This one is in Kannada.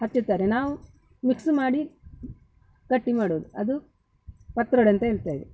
ಹಚ್ಚುತ್ತಾರೆ ನಾವು ಮಿಕ್ಸ್ ಮಾಡಿ ಗಟ್ಟಿ ಮಾಡುವುದು ಅದು ಪತ್ರೊಡೆ ಅಂತ ಹೇಳ್ತಾರೆ